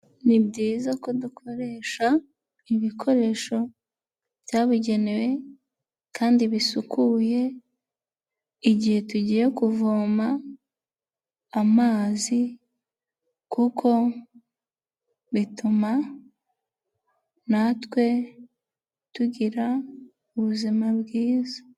Ni byiza ko dukoresha ibikoresho byabugenewe kandi bisukuye, igihe tugiye kuvoma amazi kuko bituma natwe tugira ubuzima bwiza.